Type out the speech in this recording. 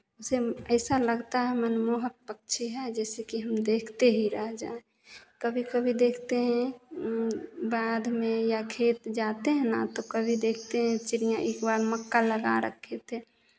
same ऐसा लगता है मनमोहक पक्षी है जिससे कि हम देखते ही रह जाएं कभी कभी देखते हैं बाध में या खेत जाते हैं ना तो कभी देखते हैं चिड़ियाँ एक बार मक्का लगा रखे थे